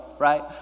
right